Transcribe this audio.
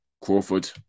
Crawford